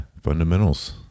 fundamentals